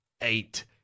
eight